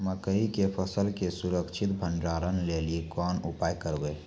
मकई के फसल के सुरक्षित भंडारण लेली कोंन उपाय करबै?